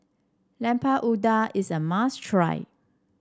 Lemper Udang is a must try